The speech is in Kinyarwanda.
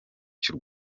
cy’u